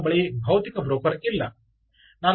ನನ್ನ ಬಳಿ ಭೌತಿಕ ಬ್ರೋಕರ್ ಇಲ್ಲ